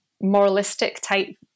moralistic-type